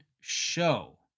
show